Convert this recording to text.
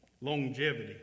Longevity